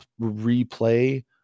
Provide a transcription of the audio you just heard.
replay